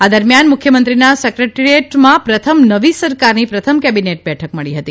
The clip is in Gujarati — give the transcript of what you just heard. આ દરમિયાન મુખ્યમંત્રીના સેક્રેટરીએટમાં પ્રથમ નવી સરકારની પ્રથમ કેબિનેટ બેઠક મળી હતી